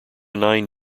nine